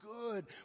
good